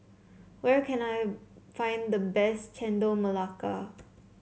where can I find the best Chendol Melaka